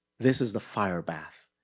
this is the fire bath.